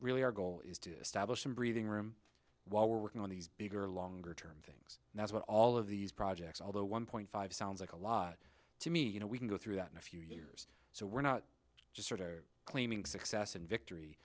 really our goal is to establish some breathing room while we're working on these bigger longer term things and that's what all of these projects although one point five sounds like a lot to me you know we can go through that in a few years so we're not just sort of claiming success and victory